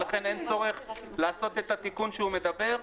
ולכן אין צורך לעשות את התיקון שהוא מדבר.